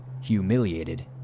Humiliated